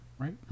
Right